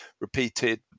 repeated